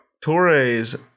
Torres